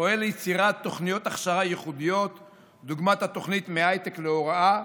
פועל ליצירת תכניות הכשרה ייחודיות דוגמת התוכנית "מהייטק להוראה",